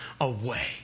away